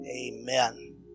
Amen